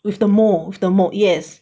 with the mold with the mold yes